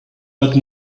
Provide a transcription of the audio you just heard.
but